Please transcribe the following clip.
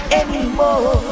anymore